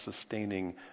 sustaining